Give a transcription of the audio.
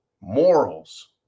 morals